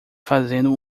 fazendo